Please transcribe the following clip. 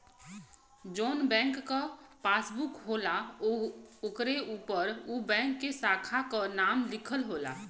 जौन बैंक क पासबुक होला ओकरे उपर उ बैंक के साखा क नाम लिखल होला